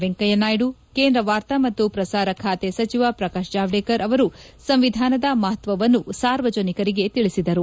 ವೆಂಕಯ್ಯ ನಾಯ್ಡು ಕೇಂದ್ರ ವಾರ್ತಾ ಮತ್ತು ಪ್ರಸಾರ ಖಾತೆ ಸಚಿವ ಪ್ರಕಾಶ್ ಜಾವಡೇಕರ್ ಅವರು ಸಂವಿಧಾನದ ಮಹತ್ವವನ್ನು ಸಾರ್ವಜನಿಕರಿಗೆ ತಿಳಿಸಿದರು